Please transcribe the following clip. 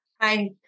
Hi